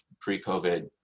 pre-COVID